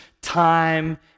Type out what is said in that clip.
time